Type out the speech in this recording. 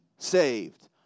saved